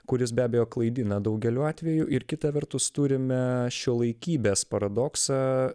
kuris be abejo klaidina daugeliu atvejų ir kita vertus turime šiuolaikybės paradoksą